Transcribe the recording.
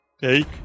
Take